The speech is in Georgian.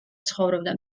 ცხოვრობდა